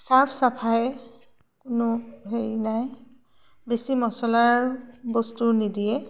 চাফ চাফাই কোনো হেৰি নাই বেছি মচলাৰ বস্তু নিদিয়ে